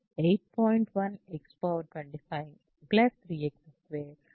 1 x25 3 x2 15 3ని పొందుతారు